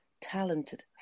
talented